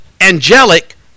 angelic